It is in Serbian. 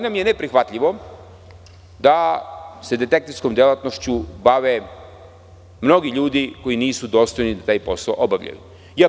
Neprihvatljivo nam je da se detektivskom delatnošću bave mnogi ljudi koji nisu dostojni da taj posao obavljaju.